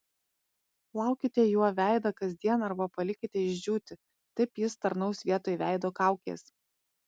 plaukite juo veidą kasdien arba palikite išdžiūti taip jis tarnaus vietoj veido kaukės